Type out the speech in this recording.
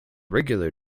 regular